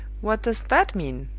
what does that mean?